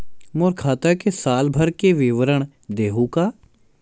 मोर खाता के साल भर के विवरण देहू का?